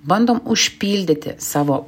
bandom užpildyti savo